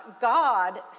God